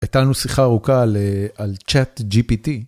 הייתה לנו שיחה ארוכה על צ'אט gpt